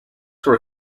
were